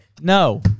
No